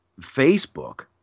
Facebook